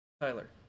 Tyler